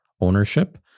ownership